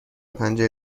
پنجه